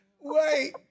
Wait